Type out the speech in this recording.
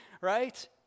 right